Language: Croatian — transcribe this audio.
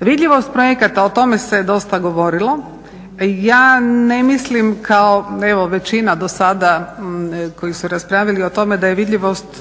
Vidljivost projekata, o tome se dosta govorilo. Ja ne mislim kao evo većina do sada koji su raspravili o tome da vidljivosti